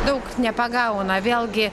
daug nepagauna vėlgi